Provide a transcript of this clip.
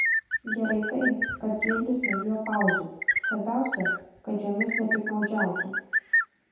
gerai tai kad giedrius nebijo pauzių svarbiausia kad jomis nepiktnaudžiautų